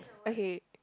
okay